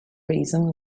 reason